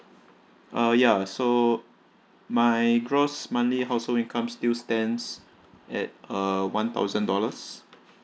uh ya so my gross monthly household income still stands at uh one thousand dollars